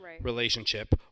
relationship